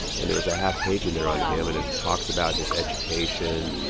and there was a half page in there on him and it talks about his education,